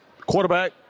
quarterback